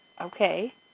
okay